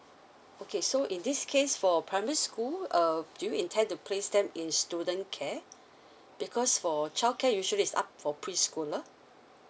okay so in this case for primary school uh do you intend to place them in student care because for childcare usually is up for preschooler